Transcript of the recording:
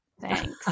Thanks